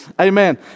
Amen